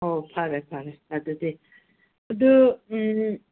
ꯑꯣ ꯐꯔꯦ ꯐꯔꯦ ꯑꯗꯨꯗꯤ ꯑꯗꯨ ꯎꯝ